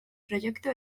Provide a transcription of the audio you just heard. proyecto